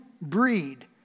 breed